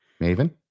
Maven